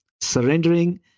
surrendering